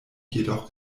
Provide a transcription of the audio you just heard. jedoch